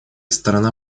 сторона